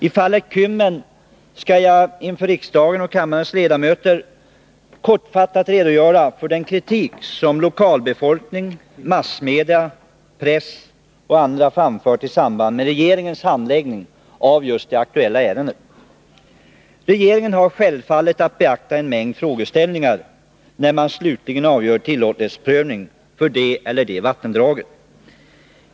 I fallet Kymmen skall jag inför riksdagen och kammarens ledamöter kortfattat redogöra för den kritik som lokalbefolkning, massmedia, press och andra framfört i samband med regeringens handläggning av det aktuella ärendet. Regeringen har självfallet att beakta en mängd frågeställningar när man slutligen avgör tillåtlighetsprövning för det ena eller det andra vattendraget.